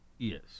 Yes